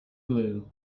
glue